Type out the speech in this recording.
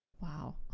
wow